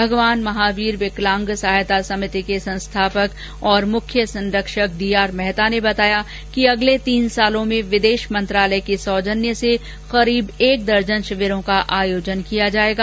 भगवान महावीर विकलांग सहायता समिति के संस्थापक और मुख्य संरक्षक डीआर मेहता ने बताया कि अगले तीन वर्षों में विदेश मंत्रालय के सौजन्य से लगभग एक दर्जन शिविरों का आयोजन किया जाएगा